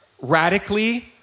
radically